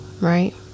right